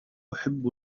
أحب